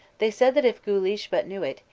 they said that if guleesh but knew it,